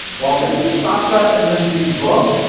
while this is sasha and lindsay's book,